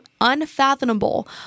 unfathomable